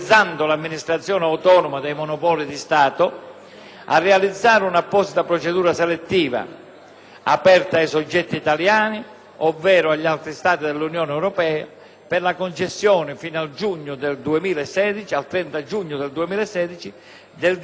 a realizzare un'apposita procedura selettiva, aperta ai soggetti italiani ovvero agli altri Stati dell'Unione europea, per la concessione, fino al 30 giugno 2016, del diritto di esercizio e raccolta in rete fisica